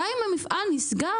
גם אם המפעל נסגר,